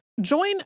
Join